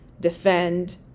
defend